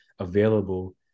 Available